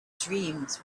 dreams